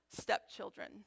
stepchildren